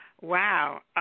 Wow